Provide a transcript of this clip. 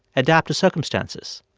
adapt to circumstances.